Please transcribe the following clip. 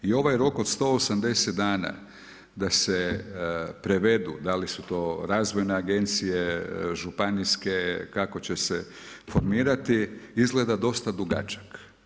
I ovaj rok od 180 dana da se prevedu da li su to razvojne agencije, županijske kako će se formirati izgleda dosta dugačak.